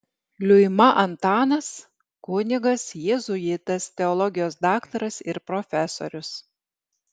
liuima antanas kunigas jėzuitas teologijos daktaras ir profesorius